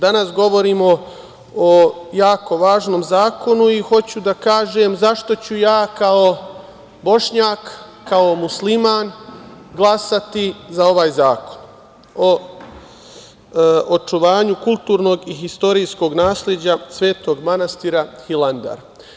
Danas govorimo o jako važnom zakonu i hoću da kažem, zašto ću ja kao Bošnjak, kao musliman glasati za ovaj Zakon o očuvanju kulturnog i istorijskog nasleđa Svetog manastira Hilandar.